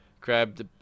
grabbed